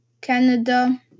Canada